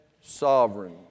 sovereign